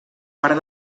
part